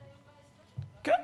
כן,